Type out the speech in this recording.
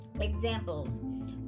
Examples